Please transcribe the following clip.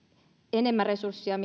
enemmän resursseja